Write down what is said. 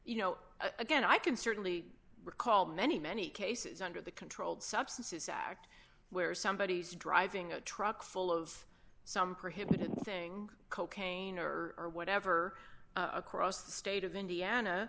you know again i can certainly recall many many cases under the controlled substances act where somebody is driving a truck full of some prohibited thing cocaine or or whatever across the state of indiana